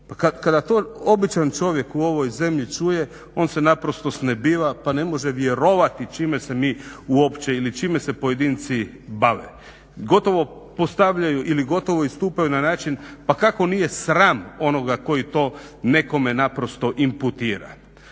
kada to običan čovjek u ovoj zemlji čuje on se naprosto snebiva, pa ne može vjerovati čime se mi uopće ili čime se pojedinci bave. Gotovo postavljaju ili gotovo istupaju na način pa kako nije sram onoga koji to nekome naprosto imputira.